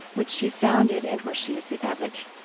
which she founded and where she is the abbot.